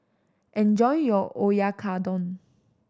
enjoy your Oyakodon